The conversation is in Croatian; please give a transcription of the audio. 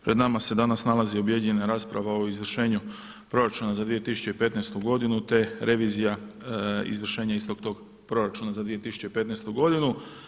Pred nama se danas nalazi objedinjena rasprava o izvršenju proračuna za 2015. godinu, te revizija izvršenja istog tog proračuna za 2015. godinu.